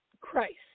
Christ